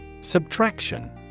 Subtraction